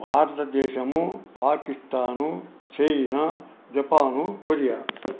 Bharatadesam Pakistan China Japan Korea